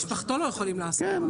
ומשפחתו לא יכולים לעסוק בענף.